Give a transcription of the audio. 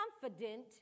confident